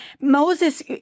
Moses